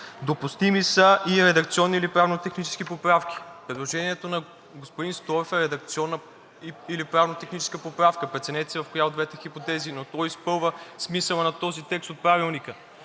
„Допустими са и редакционни или правно-технически поправки“. Предложението на господин Стоев е редакционна или правно-техническа поправка. Преценете си в коя от двете хипотези, но то изпълва смисъла на този текст от Правилника.